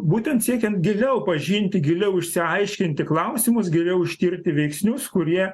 būtent siekiant giliau pažinti giliau išsiaiškinti klausimus geriau ištirti veiksnius kurie